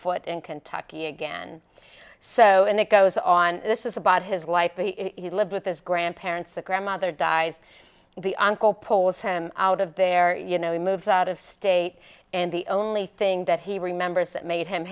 foot in kentucky again so and it goes on this is about his life he lived with his grandparents the grandmother dies the uncle pulls him out of there you know he moves out of state and the only thing that he remembers that made him